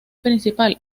principal